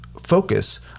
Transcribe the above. focus